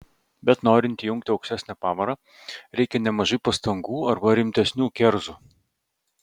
bet norint įjungti aukštesnę pavarą reikia nemažai pastangų arba rimtesnių kerzų